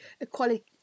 equality